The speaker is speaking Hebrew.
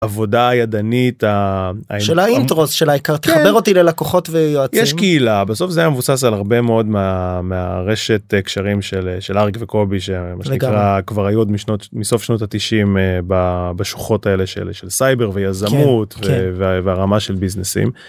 עבודה ידנית ההה של האינטרוס של היקר תחבר אותי ללקוחות ויועצים יש קהילה בסוף זה מבוסס על הרבה מאוד מהרשת הקשרים של של אריק וקובי שהם כבר היו עוד משנות מסוף שנות ה-90 בשוחות האלה של סייבר ויזמות והרמה של ביזנסים.